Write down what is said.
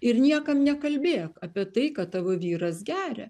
ir niekam nekalbėk apie tai kad tavo vyras geria